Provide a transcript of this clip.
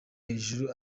hejuru